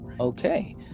Okay